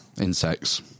Insects